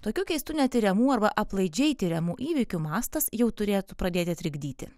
tokių keistų netiriamų arba aplaidžiai tiriamų įvykių mastas jau turėtų pradėti trikdyti